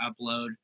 upload